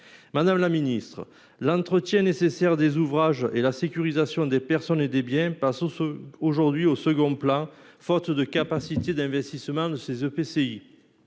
Madame la ministre, l'entretien nécessaire des ouvrages et la sécurisation des personnes et des biens passent aujourd'hui au second plan, faute de capacités d'investissement de ces EPCI.